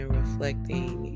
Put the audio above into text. reflecting